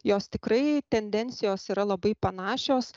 jos tikrai tendencijos yra labai panašios